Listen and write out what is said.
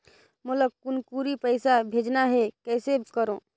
मोला कुनकुरी पइसा भेजना हैं, कइसे करो?